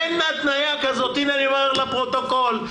הנה אני אומר לפרוטוקול,